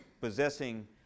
possessing